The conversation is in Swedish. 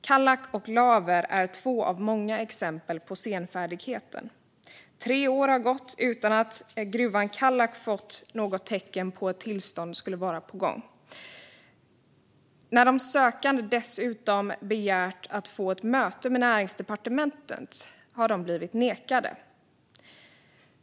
Kallak och Laver är två av många exempel på senfärdigheten. Tre år har gått utan att gruvan i Kallak fått något tecken på att ett tillstånd skulle vara på gång. Dessutom har de sökande när de begärt att få ett möte med Näringsdepartementet blivit nekade.